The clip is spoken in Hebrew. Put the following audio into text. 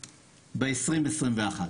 ב-2021.